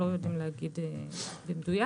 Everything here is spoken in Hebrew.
לא יודעים להגיד במדויק.